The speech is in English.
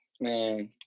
man